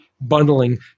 bundling